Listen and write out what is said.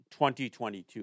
2022